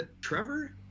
Trevor